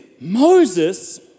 Moses